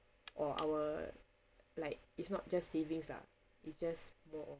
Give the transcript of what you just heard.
or our like it's not just savings lah it's just more of